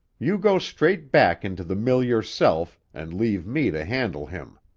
you go straight back into the mill yourself, and leave me to handle him.